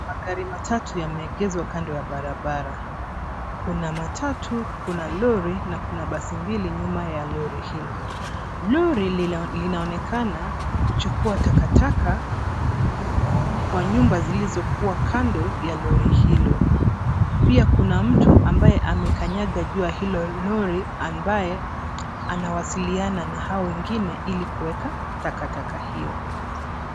Magari matatu yameegezwa kando ya barabara ,kuna matatu, kuna lori na kuna mabasi mawili nyuma ya lori hilo. Lori linaonekana kuchukuwa takataka kwa nyumba zilizokuwa kando ya lori hilo. Pia kuna mtu ambaye amekanyaga juu ya hilo lori ambaye anawasiliana na hao wengine ili kuweka takataka hiyo.